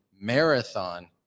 marathon